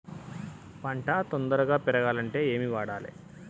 పంట తొందరగా పెరగాలంటే ఏమి వాడాలి?